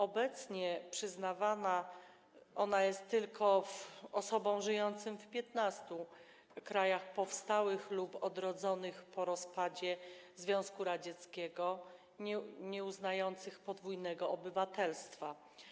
Obecnie przyznawana ona jest tylko osobom żyjącym w 15 krajach powstałych lub odrodzonych po rozpadzie Związku Radzieckiego, nieuznających podwójnego obywatelstwa.